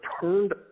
turned